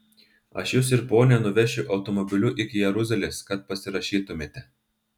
aš jus ir ponią nuvešiu automobiliu iki jeruzalės kad pasirašytumėte